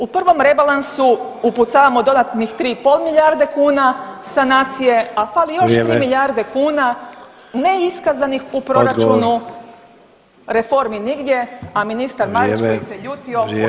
U prvom rebalansu upucavamo dodatnih 3,5 milijarde kuna sanacije, a fali još [[Upadica: Vrijeme.]] 3 milijarde kuna neiskazanih [[Upadica: Odgovor.]] u proračunu, reformi nigdje, a ministar [[Upadica: Vrijeme.]] Marić koji se ljutio